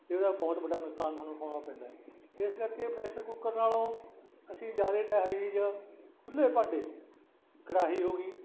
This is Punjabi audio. ਅਤੇ ਉਹਦਾ ਬਹੁਤ ਵੱਡਾ ਨੁਕਸਾਨ ਸਾਨੂੰ ਉਠਾਉਣਾ ਪੈਂਦਾ ਹੈ ਇਸ ਕਰਕੇ ਪ੍ਰੈਸ਼ਰ ਕੁੱਕਰ ਨਾਲੋਂ ਅਸੀਂ ਜ਼ਿਆਦੇ ਤਰਜੀਹ ਖੁੱਲੇ ਭਾਂਡੇ ਕੜਾਹੀ ਹੋਗੀ